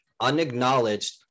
unacknowledged